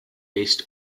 based